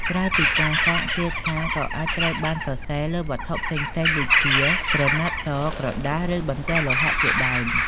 ក្រៅពីការសាក់ គាថាក៏អាចត្រូវបានសរសេរលើវត្ថុផ្សេងៗដូចជាក្រណាត់ស ក្រដាស ឬបន្ទះលោហៈជាដើម។